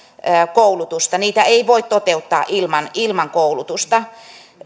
koulutusta niitä ei voi toteuttaa ilman ilman koulutusta